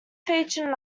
featured